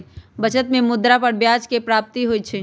बचत में मुद्रा पर ब्याज के प्राप्ति होइ छइ